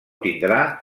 tindrà